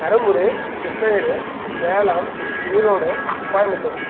Dharmapuri Krishnagiri Salem Erode Coimbatore